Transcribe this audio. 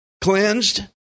cleansed